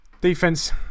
Defense